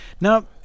Now